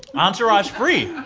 entourage-free.